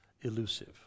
elusive